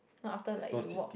not after like you walk